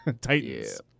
Titans